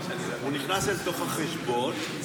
הוא נכנס לתוך החשבון,